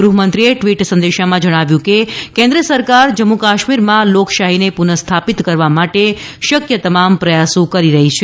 ગૃહમંત્રીએ ટ્વીટ સંદેશામાં જણાવ્યું કે કેન્ટ્ય સરકાર જમ્મુ કાશ્મીરમાં લોકશાહીને પુનઃસ્થાપિત કરવા માટે શક્ય તમામ પ્રયાસો કરી રહી છે